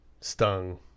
stung